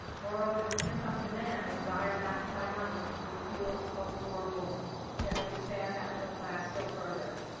moreover, the pent-up demand, desire matched by money, would fuel a postwar boom that would expand that middle class still further.